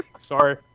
Sorry